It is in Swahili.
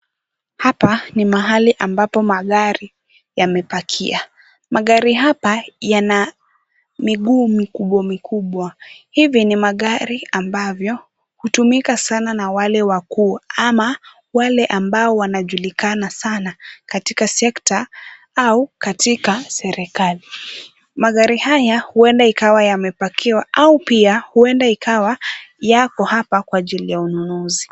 Hapa ni mahali ambapo gari imepakia. Magari hapa yana miguu mikubwa mikubwa, hivi ni magari ambayo hutumika sana na wale wakuu ama wale ambao wanajulikana sana katika sekta au katika serikali. Magari haya huenda yamepakiwa au pia huenda yako hapa kwa ajili ya ununuzi.